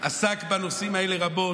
עסק בנושאים האלה רבות,